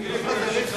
אתה דומה לארדואן?